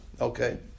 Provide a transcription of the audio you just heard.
Okay